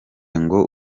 ngo